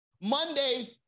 Monday